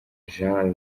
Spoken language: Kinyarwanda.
jean